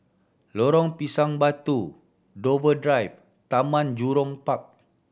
Lorong Pisang Batu Dover Drive Taman Jurong Park